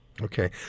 Okay